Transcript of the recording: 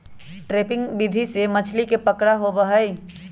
trapping विधि से मछली के पकड़ा होबा हई